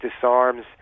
disarms